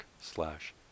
slash